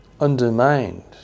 undermined